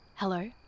Hello